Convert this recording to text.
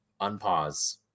unpause